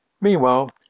Meanwhile